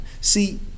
see